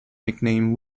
nicknamed